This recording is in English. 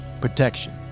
Protection